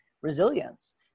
resilience